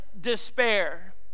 despair